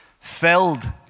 Filled